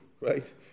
right